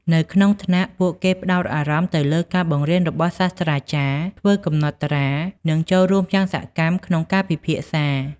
នៅក្នុងថ្នាក់ ពួកគេផ្តោតអារម្មណ៍ទៅលើការបង្រៀនរបស់សាស្រ្តាចារ្យ ធ្វើកំណត់ត្រា និងចូលរួមយ៉ាងសកម្មក្នុងការពិភាក្សា។